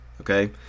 okay